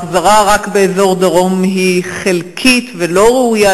ההחזרה רק באזור דרום היא חלקית ולא ראויה.